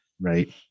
Right